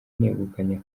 negukanye